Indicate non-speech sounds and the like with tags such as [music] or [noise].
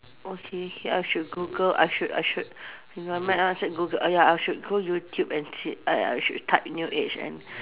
okay ya I should Google I should I should [breath] you know I might as well Google ya I should go YouTube and ti~ ah should type new age and